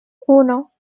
uno